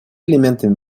элементами